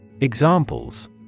Examples